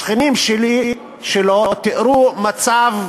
השכנים שלו תיארו מצב